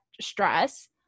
stress